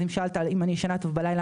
אז אם שאלת אם אני ישנה טוב בלילה,